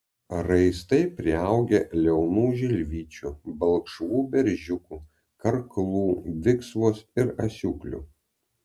raistai priaugę liaunų žilvičių balkšvų beržiukų karklų viksvos ir asiūklių